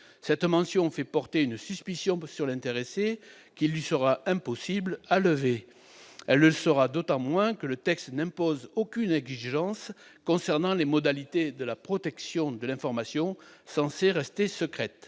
Cette mention fait porter une suspicion sur l'intéressé, qu'il lui sera impossible de lever, d'autant que le texte n'impose aucune exigence concernant les modalités de la protection de l'information censée rester secrète.